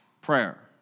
prayer